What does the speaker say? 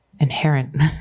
inherent